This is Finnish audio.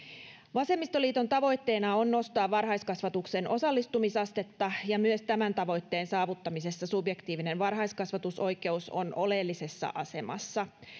vasemmistoliiton tavoitteena on nostaa varhaiskasvatuksen osallistumisastetta ja myös tämän tavoitteen saavuttamisessa subjektiivinen varhaiskasvatusoikeus on oleellisessa asemassa